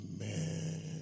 Amen